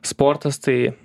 sportas tai